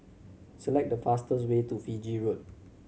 select the fastest way to Fiji Road